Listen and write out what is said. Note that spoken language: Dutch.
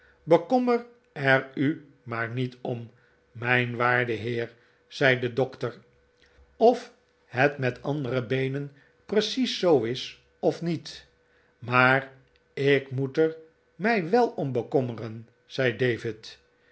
bekommer er u maar niet om mijn waarde heer zei de dokter of het met andere beenen precies zoo is of niet maar ik moet er mij wel om bekommeren zei david